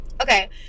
okay